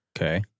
Okay